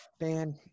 man